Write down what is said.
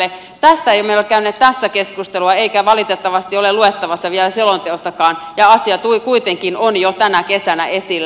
tästä emme ole käyneet tässä keskustelua eikä se valitettavasti ole luettavissa vielä selonteostakaan ja asia kuitenkin on jo tänä kesänä esillä